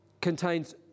contains